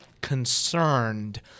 concerned